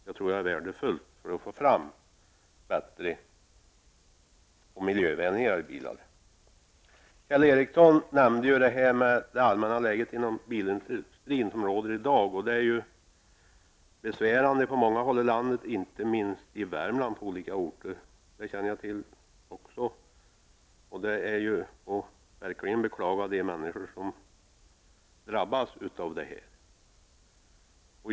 Det är nog värdefullt för att man skall få bättre och miljövänligare bilar. Kjell Ericsson talade om det allmänna läge som råder inom bilindustrin i dag. Läget är ju besvärande på många håll i landet, inte minst på många orter i Värmland -- det känner jag till. Jag beklagar verkligen de människor som blir drabbade.